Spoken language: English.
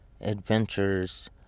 adventures